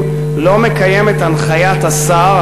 העבודה לא מקיים את הנחיית השר,